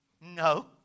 No